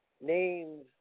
names